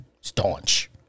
staunch